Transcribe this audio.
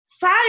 Five